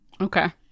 Okay